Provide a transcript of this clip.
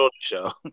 show